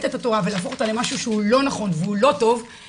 את התורה ולהפוך אותה למה שהוא לא נכון והוא לא טוב,